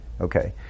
Okay